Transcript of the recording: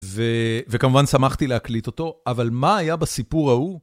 וכמובן שמחתי להקליט אותו, אבל מה היה בסיפור ההוא?